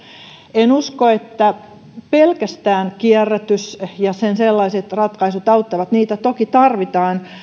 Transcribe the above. en usko että pelkästään kierrätys ja sen sellaiset ratkaisut auttavat niitä toki tarvitaan